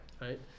Right